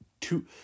two